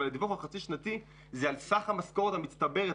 אבל הדיווח החצי שנתי הוא על סך המשכורת המצטברת,